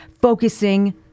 focusing